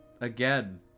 Again